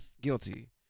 guilty